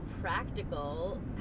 practical